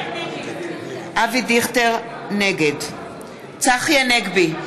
נגד צחי הנגבי,